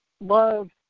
love